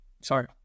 sorry